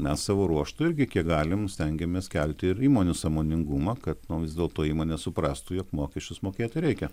mes savo ruožtu irgi kiek galim stengiamės kelti ir įmonių sąmoningumą kad nu vis dėlto įmonės suprastų jog mokesčius mokėti reikia